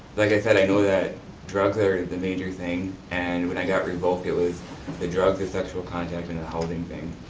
like i said, i know that drugs are the major thing, and when i got revoked it was the drugs and sexual contact, and the housing thing.